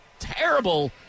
Terrible